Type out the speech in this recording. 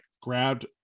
grabbed